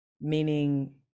Meaning